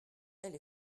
elle